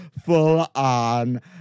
full-on